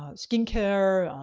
ah skincare,